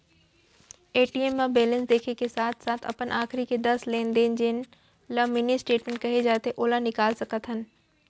ATM म balance देखे के साथे साथ अपन आखरी के दस लेन देन जेन ल मिनी स्टेटमेंट कहे जाथे ओला निकाल सकत हन